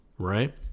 Right